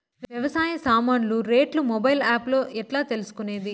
వ్యవసాయ సామాన్లు రేట్లు మొబైల్ ఆప్ లో ఎట్లా తెలుసుకునేది?